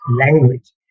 language